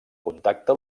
contacte